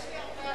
יש לי הרבה,